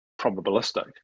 probabilistic